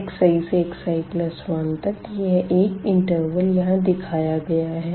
xi से xi1 तक यह एक इंटरवल यहाँ दिखाया गया है